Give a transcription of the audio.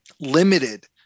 limited